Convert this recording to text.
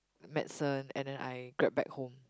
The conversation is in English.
medicine and then I grab back home